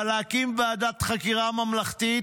אבל להקים ועדת חקירה ממלכתית,